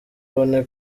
ubone